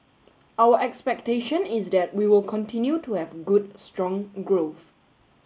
our expectation is that we will continue to have good strong growth